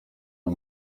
aya